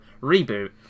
Reboot